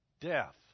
Death